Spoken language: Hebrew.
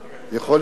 בנהיגה,